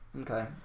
Okay